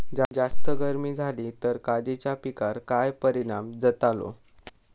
जास्त गर्मी जाली तर काजीच्या पीकार काय परिणाम जतालो?